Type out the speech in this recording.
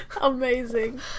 Amazing